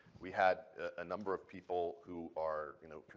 we had a number of people who are, you know,